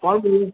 કોણ બોલે